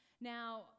Now